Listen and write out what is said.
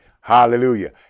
Hallelujah